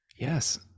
Yes